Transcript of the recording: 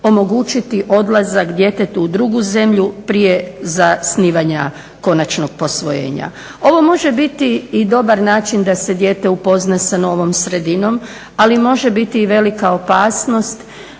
omogućiti odlazak djetetu u drugu zemlju prije zasnivanja konačnog posvojenja. Ovo može biti i dobar način da se dijete upozna s novom sredinom, ali može biti i velika opasnost